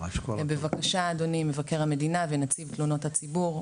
בבקשה אדוני מבקר המדינה ונציב תלונות הציבור,